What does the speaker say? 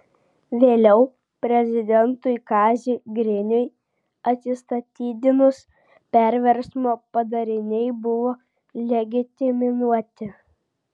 vėliau prezidentui kaziui griniui atsistatydinus perversmo padariniai buvo legitimuoti